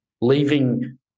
leaving